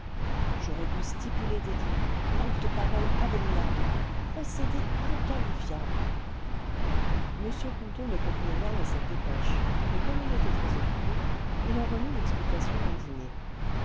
j'aurais dû stipuler dédit manque de parole abominable procédé inqualifiable m ponto ne comprit rien à cette dépêche mais comme il était très occupé il en remit l'explication au dîner